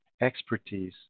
expertise